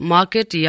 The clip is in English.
Market